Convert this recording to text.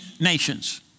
nations